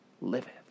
liveth